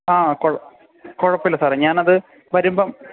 ആ കുഴപ്പമില്ല സാറേ ഞാൻ അത് വരുമ്പം